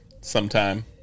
Sometime